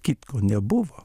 kitko nebuvo